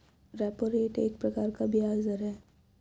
repo rate एक प्रकार का ब्याज़ दर है